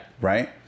Right